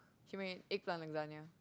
she made eggplant lasagna